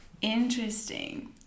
Interesting